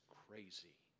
crazy